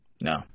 No